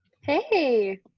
Hey